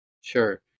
Sure